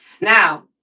Now